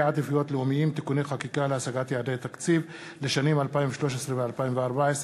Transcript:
עדיפויות לאומיים (תיקוני חקיקה להשגת יעדי התקציב לשנים 2013 ו-2014),